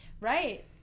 Right